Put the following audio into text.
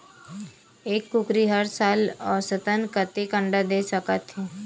एक कुकरी हर साल औसतन कतेक अंडा दे सकत हे?